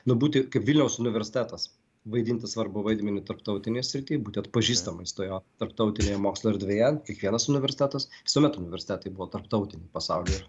nu būti kaip vilniaus universitetas vaidinti svarbų vaidmenį tarptautinėj srity būti atpažįstamais toje tarptautinėje mokslo erdvėje kiekvienas universitetas visuomet universitetai buvo tarptautiniai pasaulyje